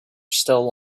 still